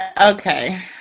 Okay